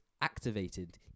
activated